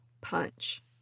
punch